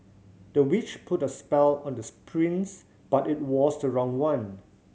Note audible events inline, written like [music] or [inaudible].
the witch put a spell on the [unintelligible] prince but it was the wrong one